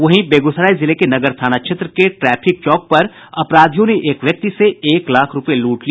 वहीं बेगूसराय जिले के नगर थाना क्षेत्र के ट्रैफिक चौक पर अपराध्यिों ने एक व्यक्ति से एक लाख रूप्ये लूट लिए